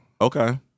Okay